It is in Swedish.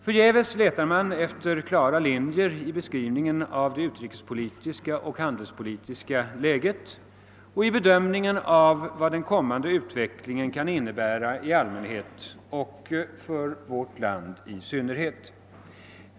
Förgäves letar man efter klara linjer i beskrivningen av det utrikespolitiska och handelspolitiska läget och i bedömningen av vad den kommande utvecklingen kan innebära i allmänhet och för vårt land i synnerhet.